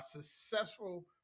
successful